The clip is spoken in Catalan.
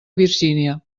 virgínia